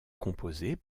composés